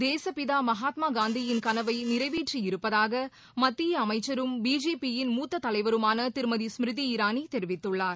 தேசுப்பிதாமகாத்மாகாந்தியின் கனவைநிறைவேற்றியிருப்பதாகமத்தியஅமைச்சரும் பிஜேபியின் மூத்ததலைவருமானதிருமதி ஸ்மிருதி இரானிதெரிவித்துள்ளார்